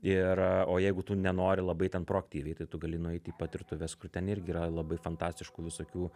ir o jeigu tu nenori labai ten proaktyviai tai tu gali nueiti į patirtuves kur ten irgi yra labai fantastiškų visokių